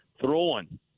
throwing